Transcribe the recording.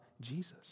Jesus